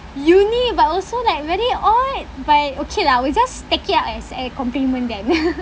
unique but also like very odd but okay lah we'll just take it up as a compliment then